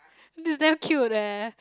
dude damn cute leh